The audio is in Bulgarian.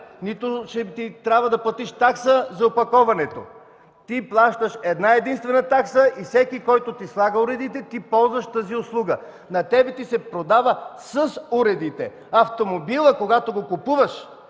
нито ще трябва да платиш такса за опаковането”. Ти плащаш една-единствена такса и всеки, който ти слага уредите, ползваш тази услуга. На теб ти се продава с уредите. Автомобилът, когато го купуваш,